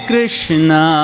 Krishna